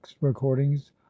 recordings